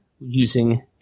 using